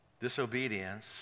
Disobedience